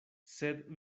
sed